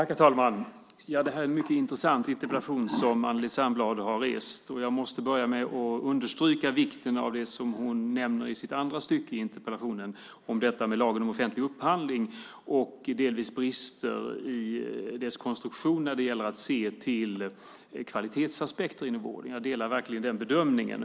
Herr talman! Det är en mycket intressant interpellation som Anneli Särnblad har ställt. Jag börjar med att understryka vikten av det som hon nämner i det andra stycket i interpellationen, nämligen lagen om offentlig upphandling och delvis brister i dess konstruktion när det gäller att se till kvalitetsaspekter inom vården. Jag delar verkligen den bedömningen.